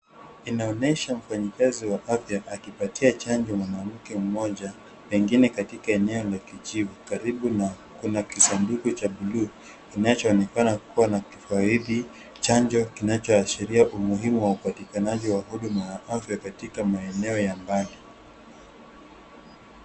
Inaonyesha mfanyikazi wa afya akipatia chanjo mwanamke mmoja, pengine katika eneo la kijivu, karibu na kuna kisanduku cha buluu, kinachoonekana kuwa na kifaili chanjo kinachoashiria umuhimu wa upatikanaji wa huduma afya katika maeneo ya mbali.